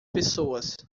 pessoas